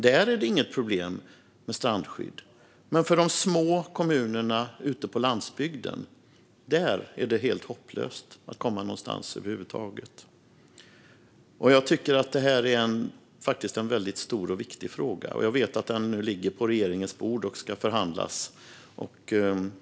Där är det inget problem med strandskydd. Men för de små kommunerna ute på landsbygden är det helt hopplöst att komma någonstans över huvud taget. Jag tycker att detta är en stor och viktig fråga, och jag vet att den ligger på regeringens bord och ska förhandlas.